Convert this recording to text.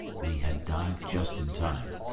we had dived just in time,